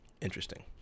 interesting